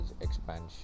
expansion